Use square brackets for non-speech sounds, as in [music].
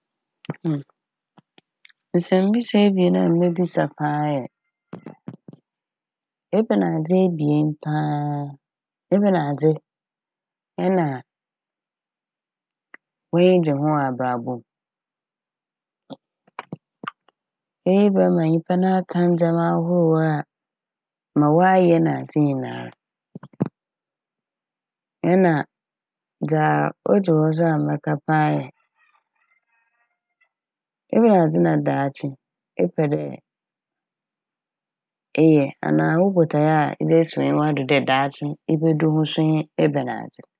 [hesitation] Nsɛmbisa ebien a mebisa [noise] paa yɛ [noise] ebɛnadze ebien paa ebɛnadze nna w'enyi gye ho wɔ abrabɔ m'. [noise] Iyi bɛma nyimpa n' aka ndzɛma ahorow a ma ɔayɛ nadze nyinara. Ɛna dza odur so a mɛka paa yɛ [noise] ebɛnadze na daakye epɛ dɛ eyɛ anaa wo botae ede esi w'enyiwa do dɛ daakye ebodu ho so nye ebɛnadze.